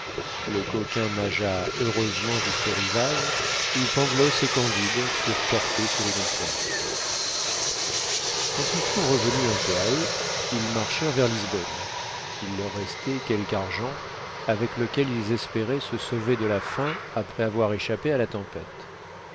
le coquin nagea heureusement jusqu'au rivage où pangloss et candide furent portés sur une planche quand ils furent revenus un peu à eux ils marchèrent vers lisbonne il leur restait quelque argent avec lequel ils espéraient se sauver de la faim après avoir échappé à la tempête